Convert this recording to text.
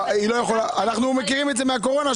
אנחנו מכירים את זה מהקורונה,